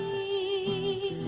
ee